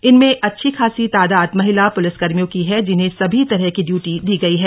इनमें अच्छी खासी तादाद महिला पुलिसकर्भियों की है जिन्हें सभी तरह की ड्यूटी दी गई है